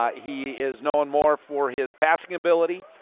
he is known more for his passing ability.